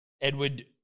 Edward –